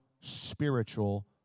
spiritual